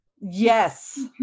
Yes